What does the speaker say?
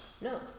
No